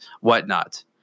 whatnot